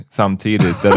samtidigt